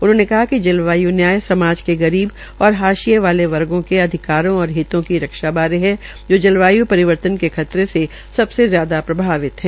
उन्होंने कहा िक जलवायु न्याय समाज के गरीब और हाशिये वर्गो के अधिकारों और हितों की रक्षा बारे है जो जलवाय् परिवर्तन के खतरे से सबसे ज्यादा प्रभावित है